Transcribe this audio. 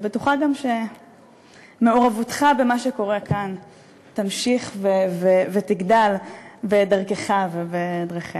אני גם בטוחה שמעורבותך במה שקורה כאן תמשיך ותגדל בדרכך ובדרכיה.